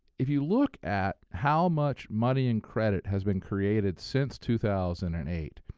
if you look at how much money and credit has been created since two thousand and eight,